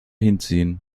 hinziehen